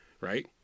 Right